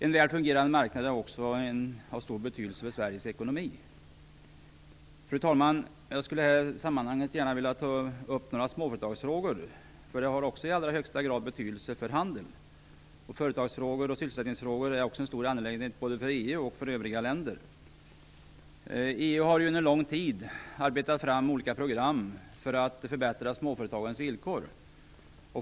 En väl fungerande marknad är också av stor betydelse för Fru talman! Jag skulle i det här sammanhanget gärna vilja ta upp några småföretagsfrågor. Dessa har nämligen också i allra högsta grad betydelse för handeln. Företagsfrågor och sysselsättningsfrågor är också en stor angelägenhet både för EU och för övriga länder. EU har ju under lång tid arbetat fram olika program för att förbättra småföretagens villkor.